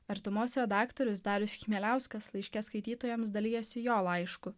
artumos redaktorius darius chmieliauskas laiške skaitytojams dalijasi jo laišku